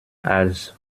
als